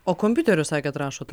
o kompiuteriu sakėt rašot